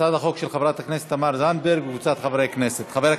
הצעת חוק של חברת הכנסת תמר זנדברג וקבוצת חברי הכנסת.